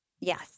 Yes